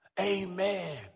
Amen